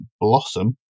Blossom